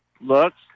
looks